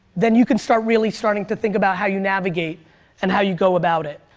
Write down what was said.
then you can start really starting to think about how you navigate and how you go about it.